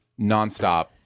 nonstop